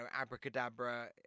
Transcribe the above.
abracadabra